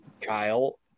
Kyle